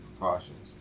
precautions